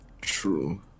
True